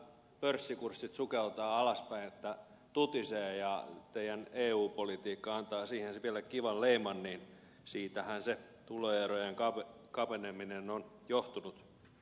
juu kyllä kun pörssikurssit sukeltavat alaspäin niin että tutisee ja kun teidän eu politiikkanne antaa siihen vielä kivan leiman niin siitähän se tuloerojen kapeneminen on johtunut